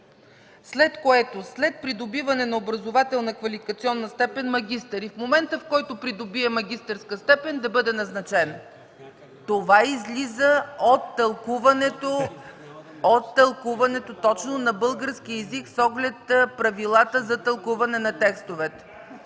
след което, след придобиване на образователно-квалификационна степен „магистър” и в момента, в който придобие магистърска степен, да бъде назначен. Това излиза от тълкуването точно на българския език с оглед правилата за тълкуване на текстовете.